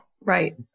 Right